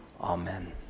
Amen